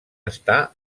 està